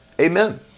amen